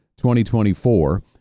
2024